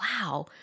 wow